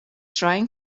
trying